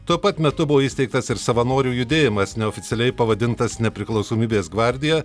tuo pat metu buvo įsteigtas ir savanorių judėjimas neoficialiai pavadintas nepriklausomybės gvardija